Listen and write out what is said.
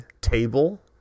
table